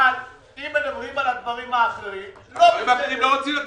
אבל אם מדברים על הדברים האחרים לא בסדר.